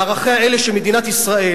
מערכיה אלה של מדינת ישראל,